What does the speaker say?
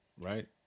right